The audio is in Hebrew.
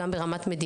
גם ברמת מדיניות,